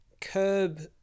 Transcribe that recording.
curb